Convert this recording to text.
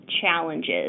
challenges